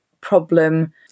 problem